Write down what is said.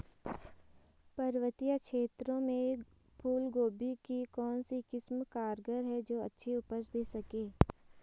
पर्वतीय क्षेत्रों में फूल गोभी की कौन सी किस्म कारगर है जो अच्छी उपज दें सके?